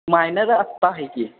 minor आता आहे की